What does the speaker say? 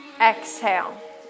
exhale